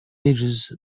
ages